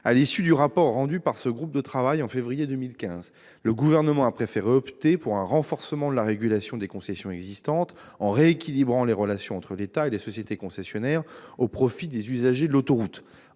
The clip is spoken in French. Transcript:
À l'issue du rapport rendu par ce groupe de travail en février 2015, le Gouvernement a préféré opter pour un renforcement de la régulation des concessions existantes, en rééquilibrant les relations entre l'État et les sociétés concessionnaires, au profit des usagers de l'autoroute.